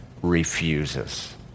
refuses